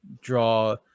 draw